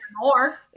more